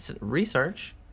research